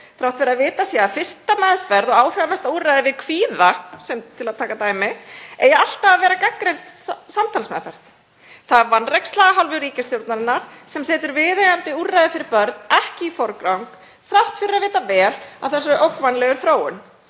þrátt fyrir að vitað sé að fyrsta meðferð og áhrifamesta úrræðið við kvíða, til að taka dæmi, eigi alltaf að vera gagnreynd samtalsmeðferð. Það er vanræksla af hálfu ríkisstjórnarinnar sem setur viðeigandi úrræði fyrir börn ekki í forgang þrátt fyrir að vita vel af þessari ógnvænleg þróun.